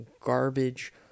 garbage